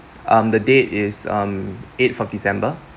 um the date is um eighth of december